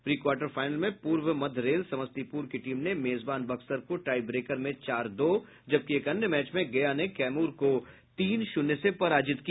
pre quarter final में पूर्व मध्य रेल समस्तीपुर की टीम ने मेजबान बक्सर को टाईब्रेकर में चार दो जबकि एक अन्य मैच में गया ने कैमूर को तीन शून्य से पराजित किया